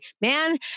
man